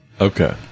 Okay